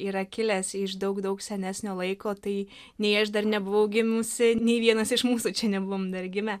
yra kilęs iš daug daug senesnio laiko tai nei aš dar nebuvau gimusi nei vienas iš mūsų čia nebuvom dar gimę